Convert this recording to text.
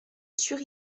sur